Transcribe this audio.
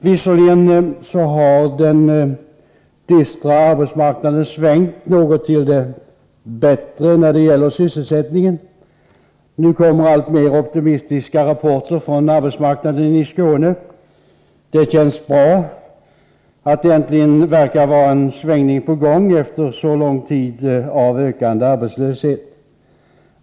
Visserligen har den dystra arbetsmarknaden svängt något till det bättre när det gäller sysselsättningen. Nu kommer alltmer optimistiska rapporter från arbetsmarknaden i Skåne. Det känns bra att det äntligen verkar vara en svängning på gång efter så lång tid av ökad arbetslöshet.